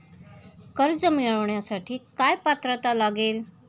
कर्ज मिळवण्यासाठी काय पात्रता लागेल?